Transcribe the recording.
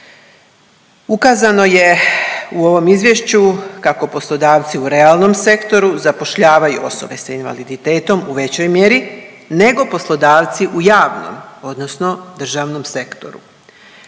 Ukazano je u ovom izvješću kako poslodavci u realnom sektoru zapošljavaju osobe sa invaliditetom u većoj mjeri nego poslodavci u javnom, odnosno državnom sektoru.